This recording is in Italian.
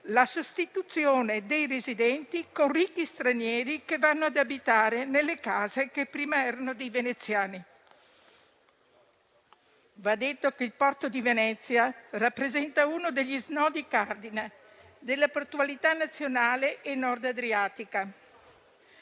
la sostituzione dei residenti con ricchi stranieri che vanno ad abitare nelle case che prima erano dei veneziani. Va detto che il porto di Venezia rappresenta uno degli snodi cardine della portualità nazionale e Nord adriatica.